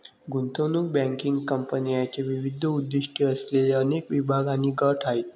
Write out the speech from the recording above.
गुंतवणूक बँकिंग कंपन्यांचे विविध उद्दीष्टे असलेले अनेक विभाग आणि गट आहेत